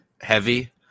heavy